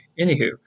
anywho